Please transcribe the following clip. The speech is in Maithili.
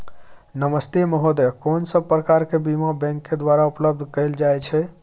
नमस्ते महोदय, कोन सब प्रकार के बीमा बैंक के द्वारा उपलब्ध कैल जाए छै?